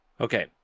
Okay